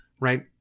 Right